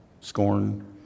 scorn